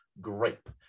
grape